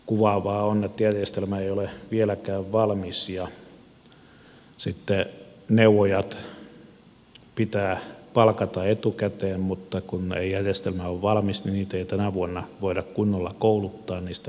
kuvaavaa on että järjestelmä ei ole vieläkään valmis ja sitten neuvojat pitää palkata etukäteen mutta kun ei järjestelmä ole valmis niin heitä ei tänä vuonna voida kunnolla kouluttaa niistä yksityiskohdista